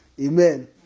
amen